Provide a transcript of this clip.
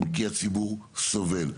כי הציבור סובל.